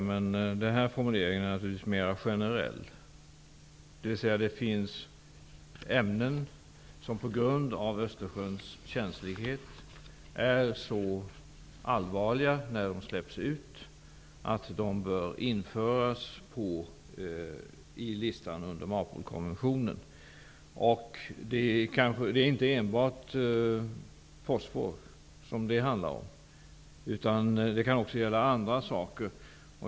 Formuleringen i mitt svar är naturligtvis mera generell, dvs. det finns ämnen som på grund av Östersjöns känslighet är så allvarliga när de släpps ut att de bör införas i listan under MARPOL Det är inte enbart fosfor som det handlar om, utan det kan också gälla andra saker.